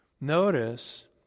Notice